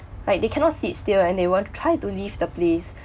like they cannot sit still and they want to try to leave the place